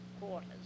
quarters